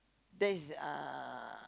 that's uh